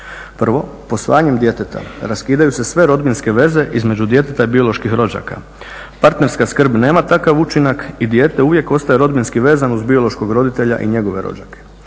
Prvo, posvajanjem djeteta raskidaju se sve rodbinske veze između djeteta i bioloških rođaka. Partnerska skrb nema takav učinak i dijete uvijek ostaje rodbinski vezano uz biološkog roditelja i njegove rođake.